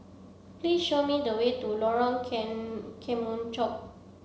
please show me the way to Lorong Kemunchup